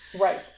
Right